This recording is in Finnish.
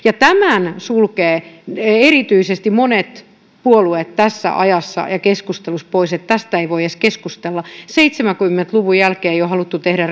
tämän sulkevat erityisesti monet puolueet tässä ajassa ja keskustelussa pois tästä ei voi edes keskustella seitsemänkymmentä luvun jälkeen ei ole haluttu tehdä